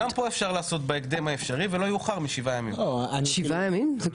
אז גם פה אשר לעשות בהקדם האפשרי ולא יאוחר מ- 7 ימים.